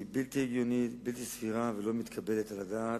היא בלתי הגיונית, בלתי סבירה ולא מתקבלת על הדעת,